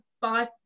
five